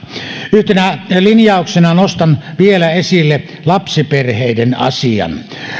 yhtenä linjauksena nostan vielä esille lapsiperheiden asian